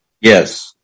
Yes